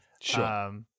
Sure